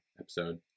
episode